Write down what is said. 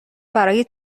برای